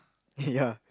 eh ya